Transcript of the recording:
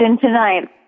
tonight